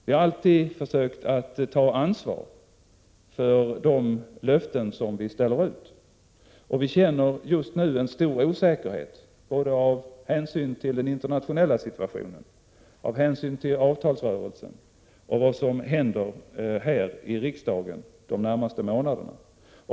Vi har alltid försökt ta ansvar för de löften som vi ställer ut, och vi känner just nu en stor osäkerhet — av hänsyn till den internationella situationen, av hänsyn till avtalsrörelsen och av hänsyn till vad som händer här i riksdagen under de närmaste månaderna.